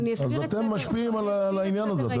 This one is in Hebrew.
אם כן, אתם משפיעים על העניין הזה.